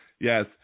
yes